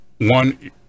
One